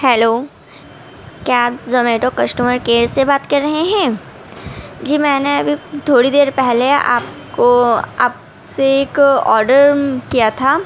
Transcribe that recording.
hello کیا آپ Zomato customer care سے بات کر رہے ہیں جی میں نے ابھی تھوڑی دیر پہلے آپ کو آپ سے ایک آڈر کیا تھا